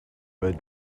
red